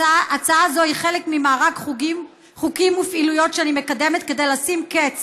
הצעה זו היא חלק ממארג חוקים ופעילויות שאני מקדמת כדי לשים קץ